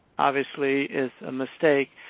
obviously, is a mistake.